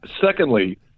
Secondly